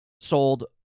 sold